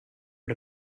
had